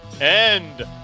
end